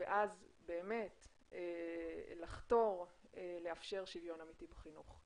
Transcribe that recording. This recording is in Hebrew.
ואז לחתור ולאפשר שוויון אמיתי בחינוך.